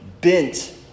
bent